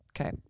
Okay